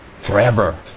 Forever